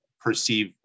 perceive